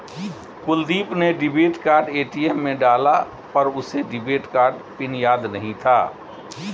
कुलदीप ने debit card ATM में डाला पर उसे डेबिट कार्ड पिन याद नहीं था